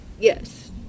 Yes